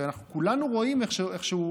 שאנחנו כולנו רואים איך שהוא,